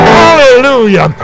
hallelujah